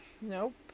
Nope